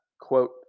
quote